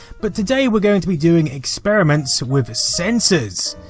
but today we're going to be doing experiments with sensors.